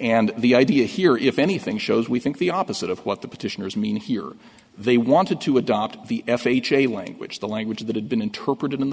and the idea here if anything shows we think the opposite of what the petitioners mean here they wanted to adopt the f h a way which the language that had been interpreted in the